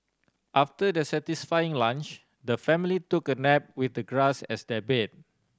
after their satisfying lunch the family took a nap with the grass as their bed